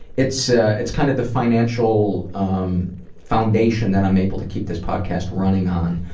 it's ah it's kind of the financial um foundation that i'm able to keep this podcast running on,